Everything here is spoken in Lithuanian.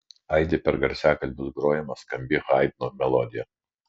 aidi per garsiakalbius grojama skambi haidno melodija